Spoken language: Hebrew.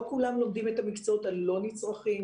לא כולם לומדים את המקצועות הלא נצרכים,